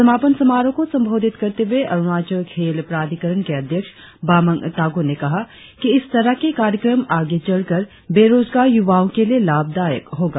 समापन समारोह को संबोधित करते हुए अरुणाचल खेल प्राधिकरण के अध्यक्ष बामंग तागो ने कहा कि इस तरह के कार्यक्रम आगे चलकर बेरोजगार युवाओं के लिए लाभदायक होगा